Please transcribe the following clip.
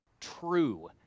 true